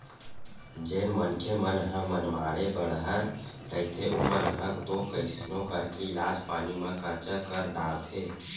जेन मनखे मन ह मनमाड़े बड़हर रहिथे ओमन ह तो कइसनो करके इलाज पानी म खरचा कर डारथे